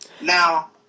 Now